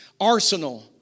arsenal